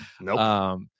Nope